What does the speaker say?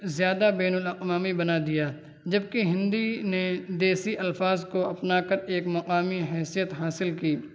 زیادہ بین الاقوامی بنا دیا جبکہ ہندی نے دیسی الفاظ کو اپنا کر ایک مقامی حیثیت حاصل کی